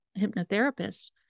hypnotherapist